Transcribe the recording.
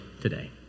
today